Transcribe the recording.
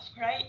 right